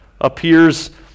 appears